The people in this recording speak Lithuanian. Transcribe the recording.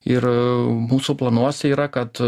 ir mūsų planuose yra kad